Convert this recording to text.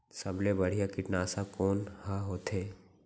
सबले बढ़िया कीटनाशक कोन ह होथे?